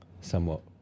somewhat